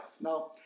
Now